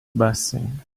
blessing